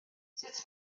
sut